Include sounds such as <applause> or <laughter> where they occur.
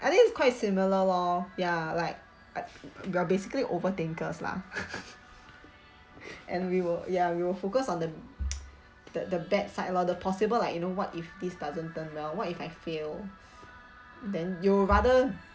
I think it's quite similar lor ya like I we're basically over thinkers lah <laughs> <breath> and we will ya we will focus on the <noise> the the bad side lor the possible like you know what if this doesn't turn well what if I fail <breath> then you'll rather